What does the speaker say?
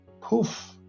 poof